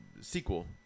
sequel